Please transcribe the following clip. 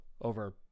over